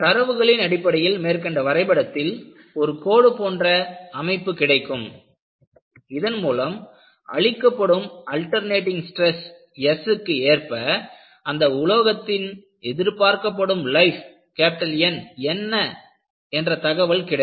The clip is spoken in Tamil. தரவுகளின் அடிப்படையில் மேற்கண்ட வரைபடத்தில் ஒரு கோடு போன்ற அமைப்பு கிடைக்கும் இதன் மூலம் அளிக்கப்படும் அல்டெர்னேட்டிங் ஸ்டிரஸ் S க்கு ஏற்ப அந்த உலோகத்தின் எதிர்பார்க்கப்படும் லைஃப் N என்ன என்ற தகவல் கிடைக்கும்